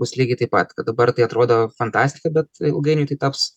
bus lygiai taip pat kad dabar tai atrodo fantastika bet ilgainiui tai taps